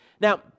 Now